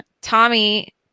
Tommy